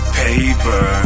paper